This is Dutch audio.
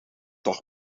toch